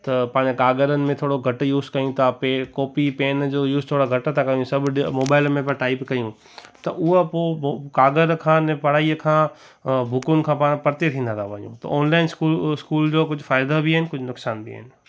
त पंहिंजे काग़रनि में थोरो घटि यूज़ कयूं था पेड़ कॉपी पेन जो यूज़ थोरो घटि था कयूं सभु मोबाइल में पिया टाइप कयूं त उहो पोइ पोइ काग़र खां न पढ़ाईअ खां बुकुनि खां पाण परिते थींदा था वञूं ऑनलाइन स्कूल स्कूल जा कुझु फ़ाइदा बि आहिनि कुझु नुक़सान बि आहिनि